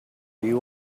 you